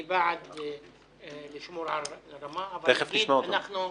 אני בעד לשמור על רמה -- תיכף נשמע אותם.